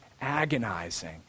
agonizing